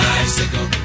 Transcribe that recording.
Bicycle